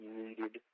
needed